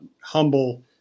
humble